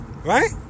Right